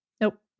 Nope